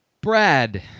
Brad